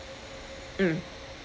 mm